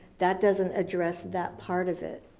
that doesn't address that part of it.